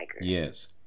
Yes